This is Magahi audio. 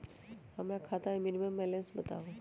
हमरा खाता में मिनिमम बैलेंस बताहु?